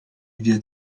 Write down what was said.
via